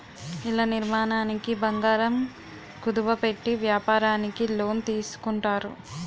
ఇళ్ల నిర్మాణానికి బంగారం కుదువ పెట్టి వ్యాపారానికి లోన్ తీసుకుంటారు